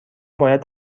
باید